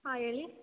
ಹಾಂ ಹೇಳಿ